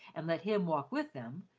and let him walk with them,